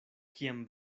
kiam